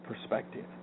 perspective